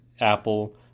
Apple